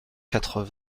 quatre